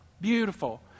Beautiful